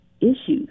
issues